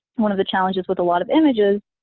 one of the challenges with a lot of images,